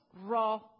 raw